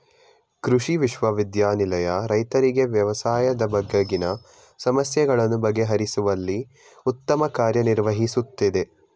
ಕೃಷಿ ವಿಶ್ವವಿದ್ಯಾನಿಲಯ ರೈತರಿಗೆ ವ್ಯವಸಾಯದ ಬಗೆಗಿನ ಸಮಸ್ಯೆಗಳನ್ನು ಬಗೆಹರಿಸುವಲ್ಲಿ ಉತ್ತಮ ಕಾರ್ಯ ನಿರ್ವಹಿಸುತ್ತಿದೆ